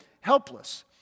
helpless